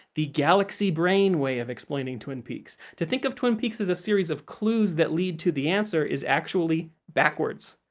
the galaxy brain way of explaining twin peaks. to think of twin peaks as a series of clues that lead to the answer is actually backwards.